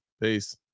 Peace